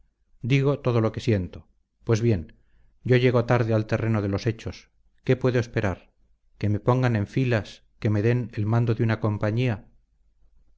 digo todo lo que siento pues bien yo llego tarde al terreno de los hechos qué puedo esperar que me pongan en filas que me den el mando de una compañía